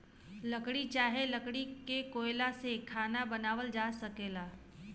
लकड़ी चाहे लकड़ी के कोयला से खाना बनावल जा सकल जाला